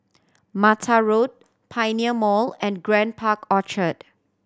Mattar Road Pioneer Mall and Grand Park Orchard